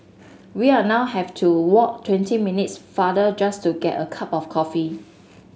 we are now have to walk twenty minutes farther just to get a cup of coffee